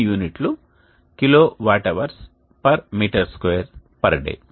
దీని యూనిట్లు kWh m 2 day